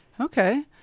Okay